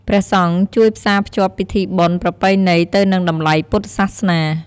ព្រះសង្ឃជួយផ្សាភ្ជាប់ពិធីបុណ្យប្រពៃណីទៅនឹងតម្លៃពុទ្ធសាសនា។